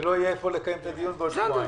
ולא יהיה איפה לקיים דיון עוד שבועיים.